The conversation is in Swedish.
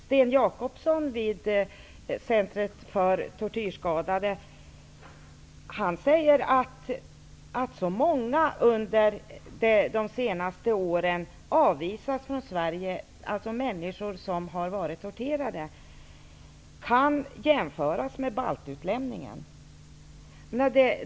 Sten Jacobson vid Centrum för tortyrskadade säger att så många människor som blivit torterade har avvisats från Sverige under de senaste åren att det kan jämföras med baltutlämningen.